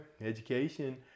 education